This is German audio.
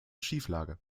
schieflage